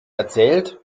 erzählt